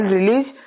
release